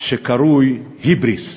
שקרוי היבריס.